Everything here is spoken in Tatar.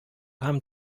һәм